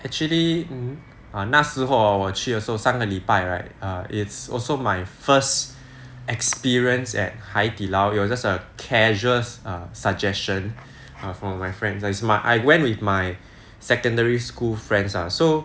actually err 那时候我去的时候上个礼拜 right err it's also my first experience at Haidilao it was just a casual err suggestion from my friends 还是什么 I went with my secondary school friends ah so